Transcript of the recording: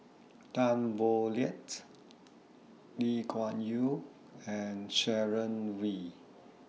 Tan Boo Liat Lee Kuan Yew and Sharon Wee